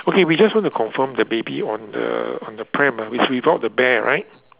okay we just want to confirm the baby on the on the pram ah it's without the bear right